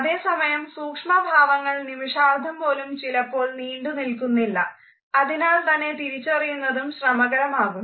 അതേസമയം സൂക്ഷ്മഭാവങ്ങൾ നിമിഷാർദ്ധം പോലും ചിലപ്പോൾ നീണ്ടു നിൽക്കുന്നില്ല അതിനാൽത്തന്നെ തിരിച്ചറിയുന്നതും ശ്രമകരമാകുന്നു